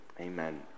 Amen